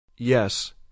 Yes